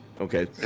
okay